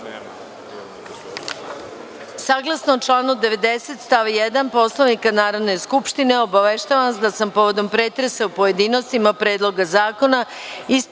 članu 90. stav 1. Poslovnika Narodne skupštine, obaveštavam vas da sam povodom pretresa u pojedinostima Predloga zakona iz tačke